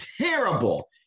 terrible